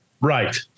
right